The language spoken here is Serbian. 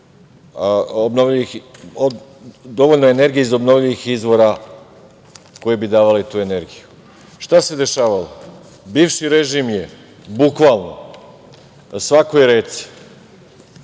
dovoljno energije iz obnovljivih izvora koji bi davali tu energiju. Šta se dešavalo? Bivši režim je bukvalno na svakoj reci,